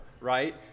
right